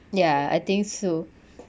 ya I think so